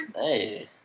Hey